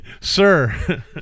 sir